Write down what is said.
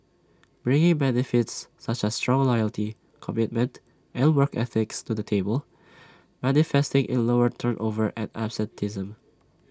bring benefits such as strong loyalty commitment and work ethic to the table manifesting in lower turnover and absenteeism